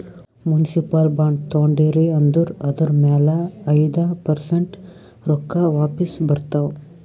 municipal bond ತೊಂಡಿರಿ ಅಂದುರ್ ಅದುರ್ ಮ್ಯಾಲ ಐಯ್ದ ಪರ್ಸೆಂಟ್ ರೊಕ್ಕಾ ವಾಪಿಸ್ ಬರ್ತಾವ್